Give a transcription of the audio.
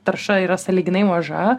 tarša yra sąlyginai maža